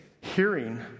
hearing